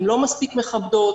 הן לא מספיק מכבדות.